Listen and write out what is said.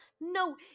No